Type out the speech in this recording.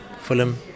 Fulham